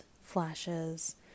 flashes